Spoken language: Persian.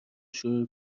شروع